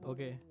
Okay